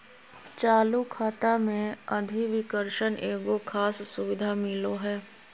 चालू खाता मे अधिविकर्षण एगो खास सुविधा मिलो हय